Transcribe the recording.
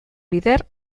bider